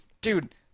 Dude